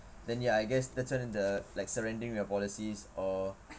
then ya I guess that's when the like surrendering your policies or